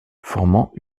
formant